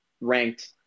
ranked